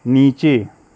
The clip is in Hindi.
नीचे